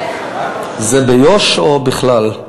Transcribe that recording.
רגע, זה ביו"ש או בכלל?